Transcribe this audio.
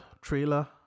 trailer